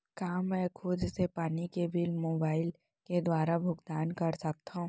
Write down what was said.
का मैं खुद से पानी के बिल मोबाईल के दुवारा भुगतान कर सकथव?